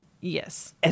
yes